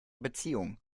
beziehung